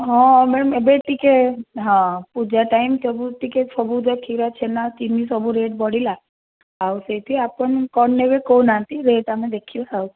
ହଁ ମ୍ୟାମ୍ ଏବେ ଟିକେ ହଁ ପୂଜା ଟାଇମ୍ ସବୁ ଟିକେ ସବୁର କ୍ଷୀର ଛେନା ଚିନି ସବୁ ରେଟ୍ ବଢ଼ିଲା ଆଉ ସେଇଠି ଆପଣ କ'ଣ ନେବେ କହୁନାହାନ୍ତି ରେଟ୍ ଆମେ ଦେଖିବା ଆଉ